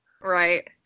right